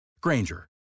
Granger